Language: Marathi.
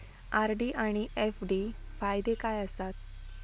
आर.डी आनि एफ.डी फायदे काय आसात?